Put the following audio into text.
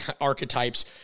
archetypes